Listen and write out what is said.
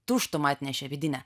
tuštumą atnešė vidinę